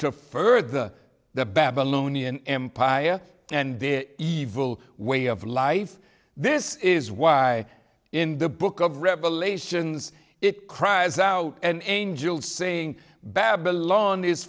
to further the babylonian empire and their evil way of life this is why in the book of revelations it cries out and angel saying babylon